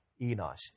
Enosh